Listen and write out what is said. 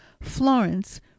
florence